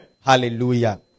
Hallelujah